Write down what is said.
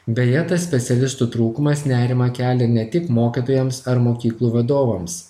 beje tas specialistų trūkumas nerimą kelia ne tik mokytojams ar mokyklų vadovams